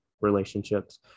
relationships